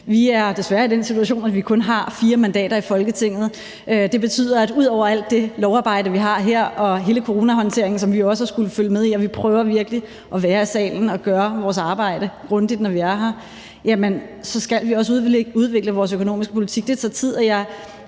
Vi er desværre i den situation, at vi kun har fire mandater i Folketinget. Det betyder, at ud over alt det lovarbejde, vi har her, og hele coronahåndteringen, som vi også har skullet følge med i – og vi prøver virkelig at være i salen og gøre vores arbejde grundigt, når vi er her – så skal vi også udvikle vores økonomiske politik. Det tager tid, og jeg